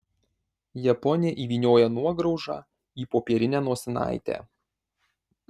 japonė įvynioja nuograužą į popierinę nosinaitę